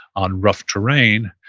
on rough terrain,